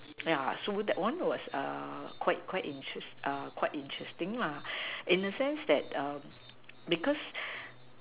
yeah so that one was quite quite interesting lah in a sense that because